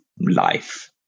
life